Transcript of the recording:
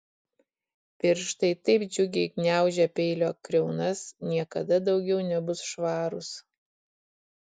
pirštai taip džiugiai gniaužę peilio kriaunas niekada daugiau nebus švarūs